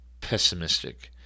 pessimistic